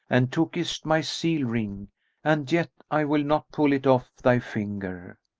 and tookest my seal-ring and yet i will not pull it off thy finger.